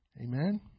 Amen